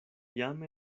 jam